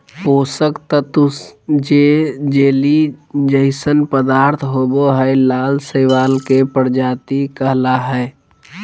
पोषक तत्त्व जे जेली जइसन पदार्थ होबो हइ, लाल शैवाल के प्रजाति कहला हइ,